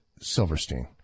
Silverstein